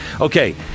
Okay